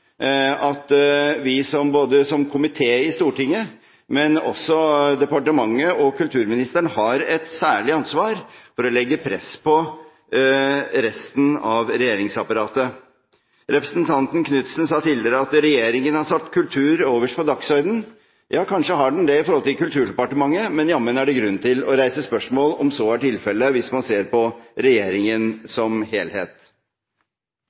at vi som komité i Stortinget, men også departementet og kulturministeren, har et særlig ansvar for å legge press på resten av regjeringsapparatet. Representanten Knutsen sa tidligere at regjeringen har satt kultur øverst på dagsordenen. Ja, kanskje har den det når det gjelder Kulturdepartementet, men jammen er det grunn til å reise spørsmål om så er tilfellet hvis man ser på regjeringen som helhet.